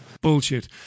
Bullshit